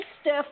stiff